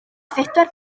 phedwar